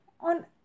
on